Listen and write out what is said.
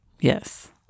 Yes